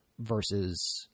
versus